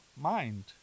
mind